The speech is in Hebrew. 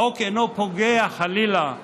החוק אינו פוגע, חלילה,